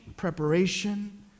Preparation